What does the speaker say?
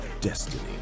destiny